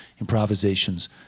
improvisations